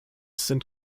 sind